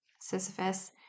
Sisyphus